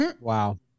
Wow